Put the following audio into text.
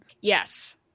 Yes